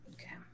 Okay